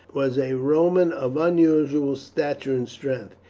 was a roman of unusual stature and strength.